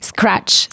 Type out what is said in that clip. Scratch